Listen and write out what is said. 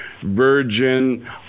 virgin